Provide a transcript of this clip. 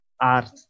art